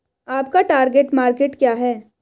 आपका target market क्या है?